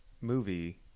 movie